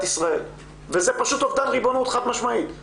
ישראל וחד משמעית זה פשוט אובדן אחריות כי